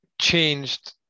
changed